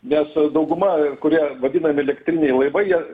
nes dauguma kurie vadinami elektriniai laivai jie